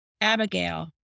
Abigail